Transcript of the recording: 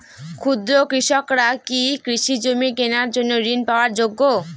ক্ষুদ্র কৃষকরা কি কৃষি জমি কেনার জন্য ঋণ পাওয়ার যোগ্য?